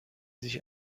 sich